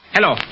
Hello